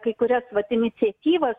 kai kurias vat iniciatyvas